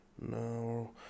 No